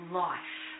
life